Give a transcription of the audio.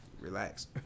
relax